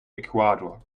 ecuador